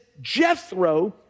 Jethro